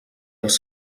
els